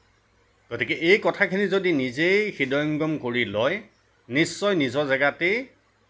গতিকে এই কথাখিনি যদি নিজেই হৃদয়ঙ্গম কৰি লয় নিশ্চয় নিজৰ জেগাতেই